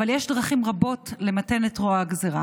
אבל יש דרכים רבות למתן את רוע הגזרה